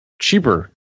cheaper